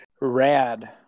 Rad